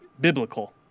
biblical